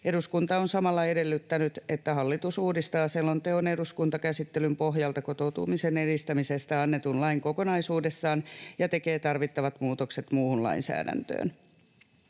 Eduskunta on samalla edellyttänyt, että hallitus uudistaa selonteon eduskuntakäsittelyn pohjalta kotoutumisen edistämisestä annetun lain kokonaisuudessaan ja tekee tarvittavat muutokset muuhun lainsäädäntöön.